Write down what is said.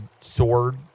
sword